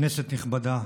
כנסת נכבדה,